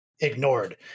ignored